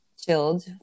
chilled